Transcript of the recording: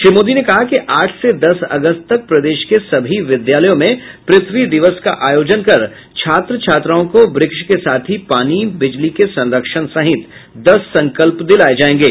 श्री मोदी ने कहा कि आठ से दस अगस्त तक प्रदेश के सभी विद्यालयों में पृथ्वी दिवस का आयोजन कर छात्र छात्राओं को वृक्ष के साथ ही पानी बिजली के संरक्षण सहित दस संकल्प दिलाए जायेंगे